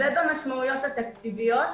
ובמשמעויות התקציביות ,